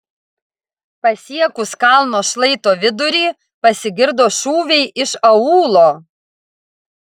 pasiekus kalno šlaito vidurį pasigirdo šūviai iš aūlo